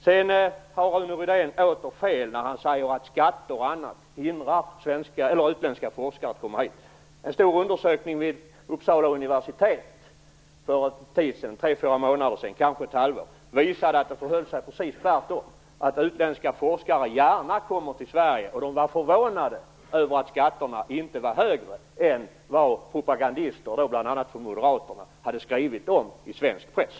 Rune Rydén har återigen fel när han säger att skatter och annat hindrar utländska forskare att komma hit. En stor undersökning vid Uppsala universitet för tre fyra månader sedan - möjligen var det ett halvår sedan - visade att det förhöll sig precis tvärtom, att utländska forskare gärna kommer till Sverige, och de var förvånade över att skatterna inte var högre med tanke på vad propagandister, bl.a. från Moderaterna, hade skrivit i svensk press.